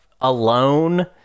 alone